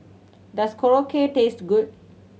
does Korokke taste good